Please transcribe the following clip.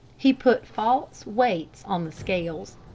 he put false weights on the scales.